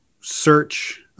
search